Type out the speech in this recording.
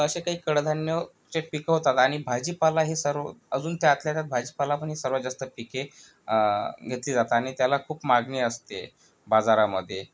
तर असे काही कडधान्य जे पिकवतात आणि भाजीपालाही सर्व अजून त्यातल्या त्यात भाजीपाला पण सर्वात जास्त पिके घेतली जातात आणि त्याला खूप मागणी असते बाजारामध्ये